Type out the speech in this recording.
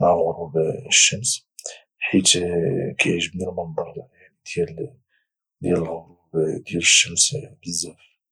مع غروب الشمس حيت كيعجبني المنظر يعني ديال الغروب ديال الشمس بزاف